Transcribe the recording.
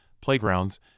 playgrounds